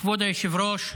כבוד היושב-ראש,